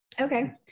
Okay